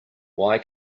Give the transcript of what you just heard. why